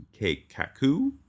Kaku